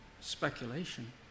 Speculation